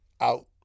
out